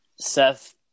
Seth